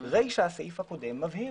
הרישא בסעיף הקודם מבהיר